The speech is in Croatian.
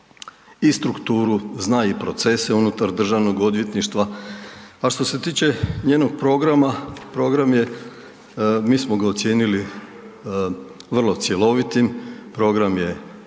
i strukturu, zna i procese unutar državnog odvjetništva. A što se tiče njenog programa, program je mi smo ga ocijenili vrlo cjelovitim, program je